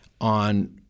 on